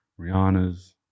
rihanna's